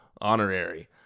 honorary